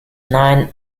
nine